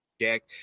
Jack